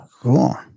Cool